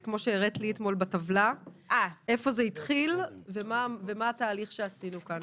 כמו שהראית לי אתמול בטבלה תראי היכן זה התחיל ומה התהליך שעשינו כאן.